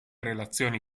relazioni